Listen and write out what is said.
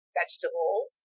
vegetables